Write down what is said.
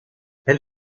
elle